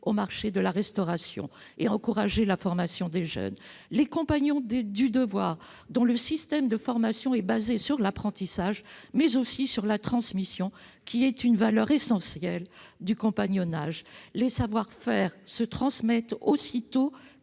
aux marchés de la restauration et à encourager la formation des jeunes. Chez les Compagnons du devoir, le système de formation est fondé sur l'apprentissage, mais aussi sur la transmission, valeur essentielle du compagnonnage, si bien que les savoir-faire se transmettent aussitôt